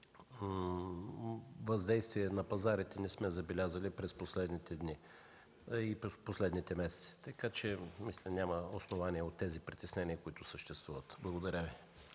въздействие на пазарите не сме забелязали през последните дни и месеци. Така че мисля, че няма основания за тези притеснения, които съществуват. Благодаря Ви.